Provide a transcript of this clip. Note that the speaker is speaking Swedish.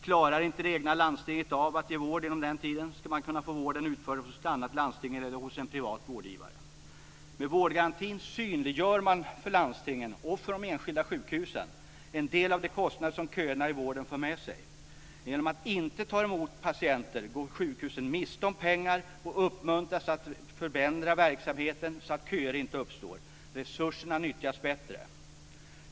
Klarar inte det egna landstinget av att ge vård inom den tiden ska man kunna få vården utförd hos ett annat landsting eller hos en privat vårdgivare. Med vårdgarantin synliggör man för landstingen - och för de enskilda sjukhusen - en del av de kostnader som köerna i vården för med sig. Genom att inte ta emot patienter går sjukhusen miste om pengar och uppmuntras att förändra verksamheten så att köer inte uppstår. Resurserna nyttjas bättre.